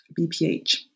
BPH